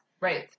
right